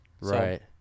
Right